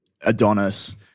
Adonis